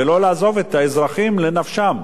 ולא לעזוב את האזרחים לנפשם?